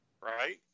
Right